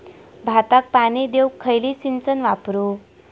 भाताक पाणी देऊक खयली सिंचन वापरू?